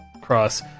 cross